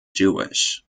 jewish